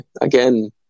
Again